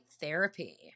therapy